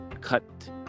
cut